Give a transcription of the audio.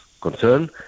concern